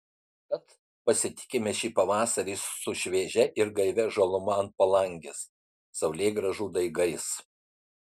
tad pasitikime šį pavasarį su šviežia ir gaivia žaluma ant palangės saulėgrąžų daigais